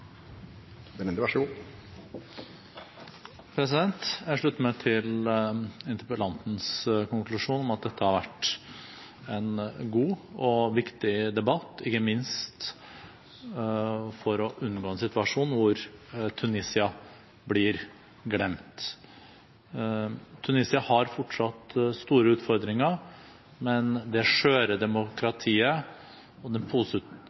meg til interpellantens konklusjon om at dette har vært en god og viktig debatt, ikke minst for å unngå en situasjon hvor Tunisia blir glemt. Tunisia har fortsatt store utfordringer, men det skjøre demokratiet og den